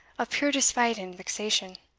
of pure despite and vexation.